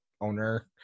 owner